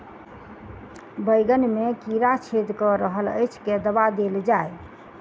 बैंगन मे कीड़ा छेद कऽ रहल एछ केँ दवा देल जाएँ?